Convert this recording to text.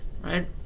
Right